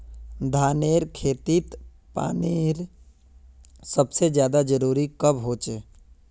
धानेर खेतीत पानीर सबसे ज्यादा जरुरी कब होचे?